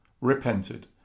repented